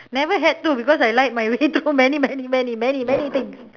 never had to because I lied my way through many many many many many things